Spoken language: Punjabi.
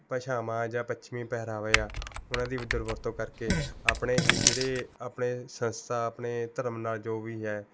ਭਾਸ਼ਾਵਾਂ ਜਾਂ ਪੱਛਮੀ ਪਹਿਰਾਵੇ ਆ ਉਹਨਾਂ ਦੀ ਦੁਰਵਰਤੋਂ ਕਰਕੇ ਆਪਣੇ ਹੀ ਜਿਹੜੇ ਆਪਣੇ ਸੰਸਥਾ ਆਪਣੇ ਧਰਮ ਨਾਲ ਜੋ ਵੀ ਹੈ